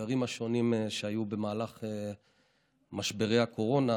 לסגרים השונים שהיו במהלך משברי הקורונה,